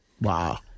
Wow